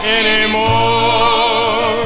anymore